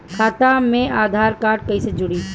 खाता मे आधार कार्ड कईसे जुड़ि?